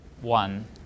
one